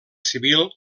civil